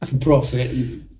Profit